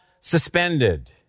suspended